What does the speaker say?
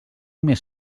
més